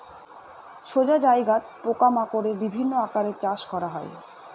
সোজা জায়গাত পোকা মাকড়ের বিভিন্ন আকারে চাষ করা হয়